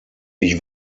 ich